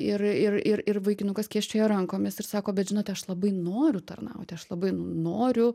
ir ir ir ir vaikinukas skėsčiojo rankomis ir sako bet žinote aš labai noriu tarnauti aš labai noriu